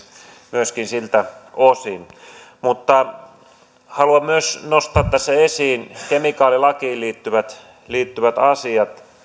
myöskin siltä osin haluan myös nostaa tässä esiin kemikaalilakiin liittyvät liittyvät asiat